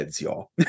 y'all